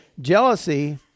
Jealousy